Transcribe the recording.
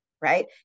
right